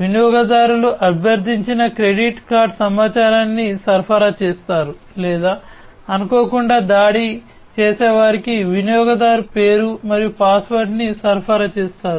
వినియోగదారు అభ్యర్థించిన credit card సమాచారాన్ని సరఫరా చేస్తారు లేదా అనుకోకుండా దాడి చేసేవారికి వినియోగదారు పేరు మరియు పాస్వర్డ్ను సరఫరా చేస్తారు